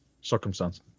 circumstance